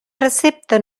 precepte